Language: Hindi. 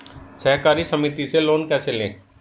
सहकारी समिति से लोन कैसे लें?